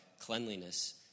cleanliness